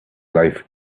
life